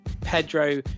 pedro